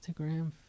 Instagram